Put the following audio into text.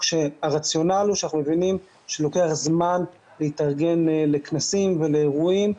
כשהרציונל הוא שאנחנו מבינים שלוקח זמן להתארגן לכנסים ולאירועים.